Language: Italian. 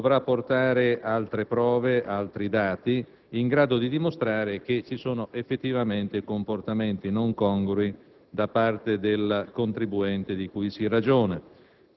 dovrà portare altre prove e dati in grado di dimostrare che sono stati posti in essere effettivamente comportamenti non congrui da parte del contribuente di cui si ragiona.